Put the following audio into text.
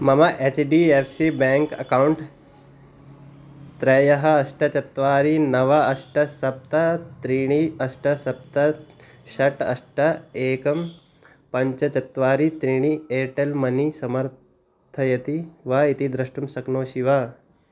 मम H D F C bank account त्रयः अष्ट चत्वारि नव अष्ट सप्त त्रीणि अष्ट सप्त षट् अष्ट एकं पञ्च चत्वारि त्रीणि एर्टेल् मनी समर्थयति वा इति द्रष्टुं शक्नोषि वा